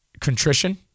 Contrition